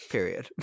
Period